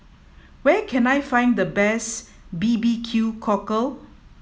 where can I find the best B B Q cockle